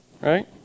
right